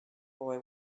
boy